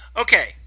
Okay